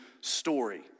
story